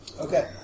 Okay